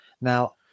Now